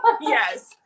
Yes